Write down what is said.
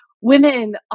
women